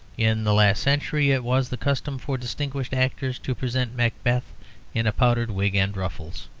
in the last century it was the custom for distinguished actors to present macbeth in a powdered wig and ruffles.